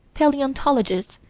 palaeontologists,